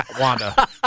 Wanda